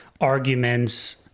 arguments